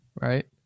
right